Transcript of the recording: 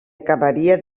acabaria